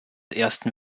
ersten